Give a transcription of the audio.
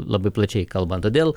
labai plačiai kalbant todėl